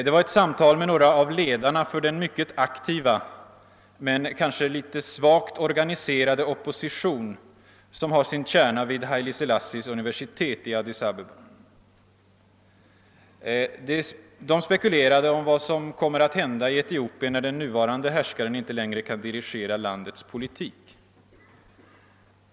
Det var ett samtal med några av ledarna för den mycket aktiva men kan ske litet svagt organiserade opposition som har sin kärna vid Haile Selassies universitet i Addis Abeba. De spekulerade om vad som kommer att hända i Etiopien, när den nuvarande härskaren inte längre kan dirigera landets politik.